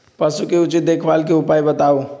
पशु के उचित देखभाल के उपाय बताऊ?